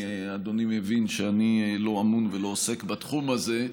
כי הרי אדוני מבין שאני לא אמון ולא עוסק בתחום הזה,